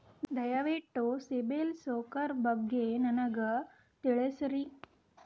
ದಯವಿಟ್ಟು ಸಿಬಿಲ್ ಸ್ಕೋರ್ ಬಗ್ಗೆ ನನಗ ತಿಳಸರಿ?